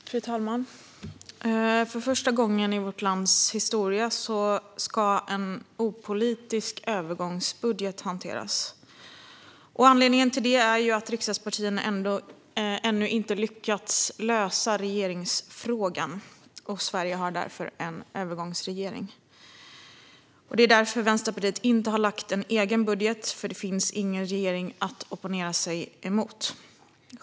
Fru talman! För första gången i vårt lands historia skulle en opolitisk övergångsbudget hanteras. Anledningen till det är att riksdagspartierna ännu inte lyckats lösa regeringsfrågan, och Sverige har därför en övergångsregering. Vänsterpartiet har inte lagt fram en egen budget eftersom det inte finns någon regering att opponera sig mot.